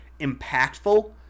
impactful